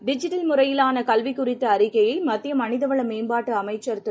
digital முறையிலாளகல்விகுறித்தஅறிக்கையைமத்தியமனிதவளமேம்பாடுஅமைச்சர் திரு